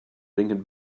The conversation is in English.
drinking